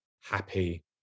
happy